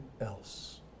else